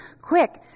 quick